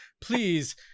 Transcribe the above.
please